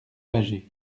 bâgé